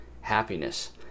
happiness